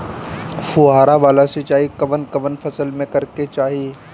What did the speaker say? फुहारा वाला सिंचाई कवन कवन फसल में करके चाही?